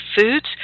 foods